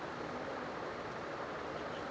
রুসুন চাষ কোন মাটিতে ভালো হয়?